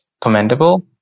commendable